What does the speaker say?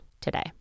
today